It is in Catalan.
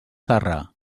zarra